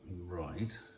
Right